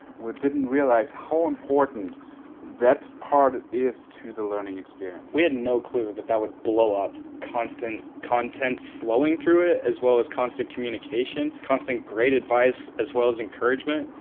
we didn't realize how important that part is to the learning experience. we had no clue that that would blow up. up. constant content flowing through it, as well as constant communication, constant great advice, as well as encouragement,